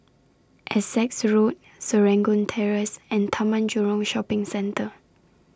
Essex Road Serangoon Terrace and Taman Jurong Shopping Centre